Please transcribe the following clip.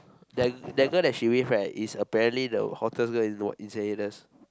that that girl that she with is apparently the hottest girl in Y~ in Saint-Hilda's